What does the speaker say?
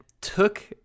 took